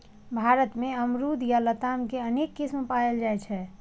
भारत मे अमरूद या लताम के अनेक किस्म पाएल जाइ छै